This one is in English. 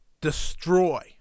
destroy